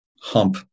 hump